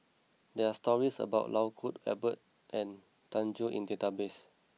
there are stories about Lau Kuo Kwong Robert Eng Tow and Thio Chan Bee in the database